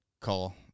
call